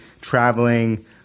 traveling